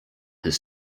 his